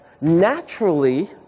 naturally